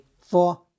four